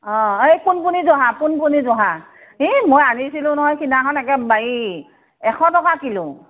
অ এই পোনপুনি জহা পোনপুনি জহা ই মই আনিছিলোঁ নহয় সেইদিনাখন একে বায়ি এশ টকা কিলো